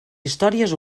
històries